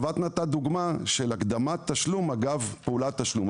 את נתת דוגמה של הקדמת תשלום אגב פעולת תשלום,